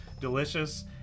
Delicious